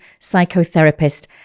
psychotherapist